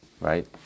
right